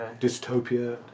dystopia